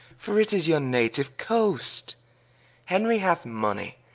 for it is your natiue coast henry hath mony,